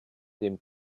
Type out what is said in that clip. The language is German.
dem